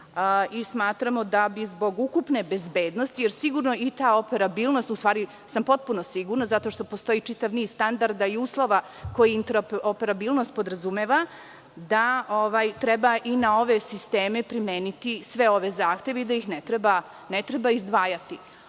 i smatramo da bi zbog ukupne bezbednosti, jer sigurno i ta interoperabilnost, u stvari sam potpuno sigurna, zato što postoji čitav niz standarda i uslova koji pod interoperabilnošću podrazumevaju da treba i na ove sisteme primeniti sve ove zahteve i da ih ne treba izdvajati. Žao